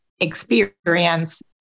experience